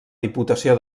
diputació